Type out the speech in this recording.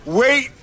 wait